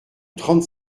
trente